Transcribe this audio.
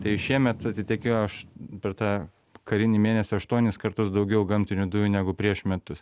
tai šiemet atitekėjo aš per tą karinį mėnesį aštuonis kartus daugiau gamtinių dujų negu prieš metus